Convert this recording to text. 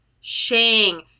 Shang